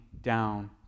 down